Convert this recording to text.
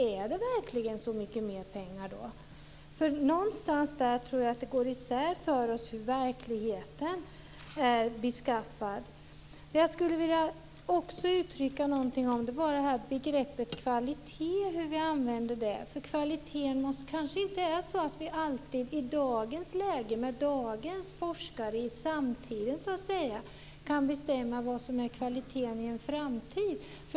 Då måste jag vara helt felunderrättad och ha läst helt fel. Någonstans där tror jag att det går isär för oss, hur verkligheten är beskaffad. Jag vill också säga något om hur vi använder begreppet kvalitet. Det kanske inte alltid är så att vi i samtiden, med dagens forskare, kan bestämma vad som är kvalitet i en framtid.